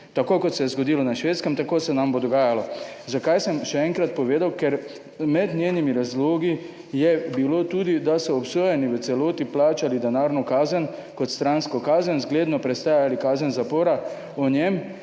Tako kot se je zgodilo na Švedskem, tako se nam bo dogajalo. Zakaj, sem še enkrat povedal? Ker med njenimi razlogi je bilo tudi, da so obsojeni v celoti plačali denarno kazen kot stransko kazen, zgledno prestajali kazen zapora, o njem